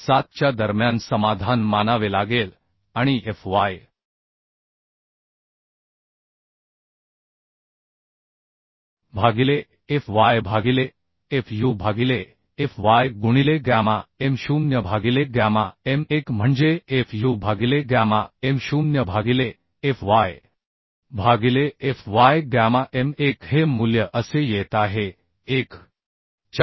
7 च्या दरम्यान समाधान मानावे लागेल आणि F y भागिले F y भागिले F u भागिले F y गुणिले गॅमा m 0 भागिले गॅमा m 1 म्हणजे F u भागिले गॅमा m 0 भागिले F y भागिले F y गॅमा m 1 हे मूल्य असे येत आहे 1